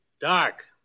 Dark